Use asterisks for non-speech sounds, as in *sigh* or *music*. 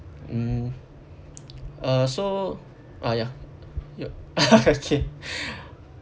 mm uh so uh ya your *laughs* okay